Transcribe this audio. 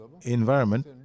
environment